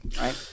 right